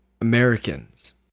americans